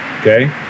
Okay